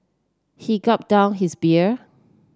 he gulped down his beer